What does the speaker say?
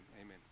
Amen